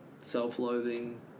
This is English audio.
self-loathing